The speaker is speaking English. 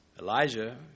Elijah